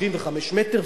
75 מטר,